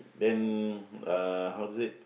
then uh how to say